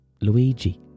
Luigi